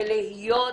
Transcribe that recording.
ולהיות